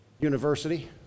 university